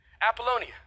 Apollonia